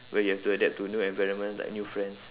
where you have to adapt to new environment like new friends